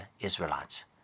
Israelites